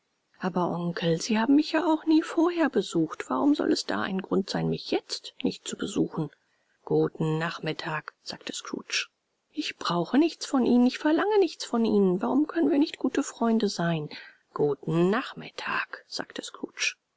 aber onkel sie haben mich ja auch nie vorher besucht warum soll es da ein grund sein mich jetzt nicht zu besuchen guten nachmittag sagte scrooge ich brauche nichts von ihnen ich verlange nichts von ihnen warum können wir nicht gute freunde sein guten nachmittag sagte